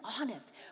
honest